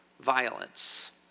violence